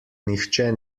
nihče